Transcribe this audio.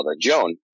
Joan